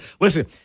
listen